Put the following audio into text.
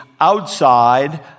outside